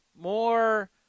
more